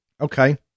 Okay